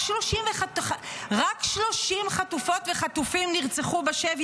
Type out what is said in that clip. רק 30 חטופות וחטופים נרצחו בשבי,